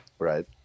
Right